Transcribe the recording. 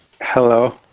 hello